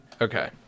Okay